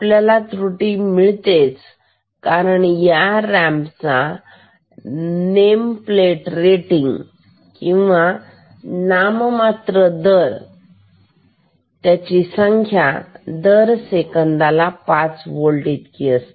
आपल्याला त्रुटी मिळतेच कारण या रॅम्पचा नेम प्लेट रेटिंग किंवा नाममात्र दराची संख्या दर सेकंदाला पाच होल्ट इतकी आहे